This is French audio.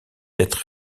être